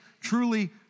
truly